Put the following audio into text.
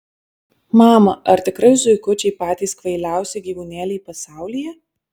mama ar tikrai zuikučiai patys kvailiausi gyvūnėliai pasaulyje